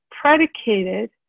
predicated